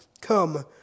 come